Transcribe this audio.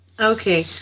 Okay